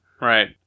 Right